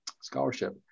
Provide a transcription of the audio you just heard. Scholarship